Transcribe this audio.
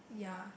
ya